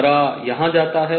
हरा यहाँ जाता है